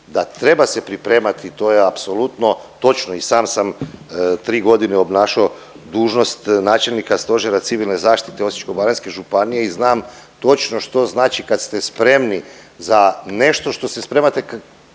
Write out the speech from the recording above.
da treba se pripremati to je apsolutno točno. I sam sam tri godine obnašao dužnost načelnika Stožera civilne zaštite Osječko-baranjske županije i znam točno što znači kad ste spremni za nešto što se spremate,